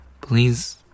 please